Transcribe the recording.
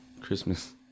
christmas